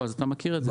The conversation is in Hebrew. בועז, אתה מכיר את זה.